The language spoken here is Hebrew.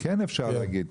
כן אפשר להגיד.